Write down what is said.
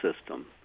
system